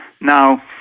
Now